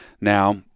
now